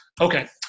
Okay